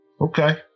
Okay